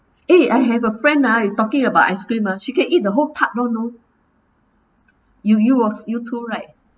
eh I have a friend ah you talking about ice cream ah she can eat the whole tub [one] know you you als~ you too right